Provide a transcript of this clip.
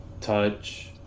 touch